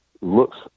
looks